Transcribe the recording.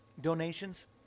Donations